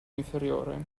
inferiore